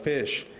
fish,